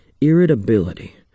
Irritability